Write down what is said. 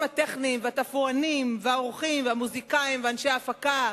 הטכניים והתפאורנים והעורכים והמוזיקאים ואנשי ההפקה,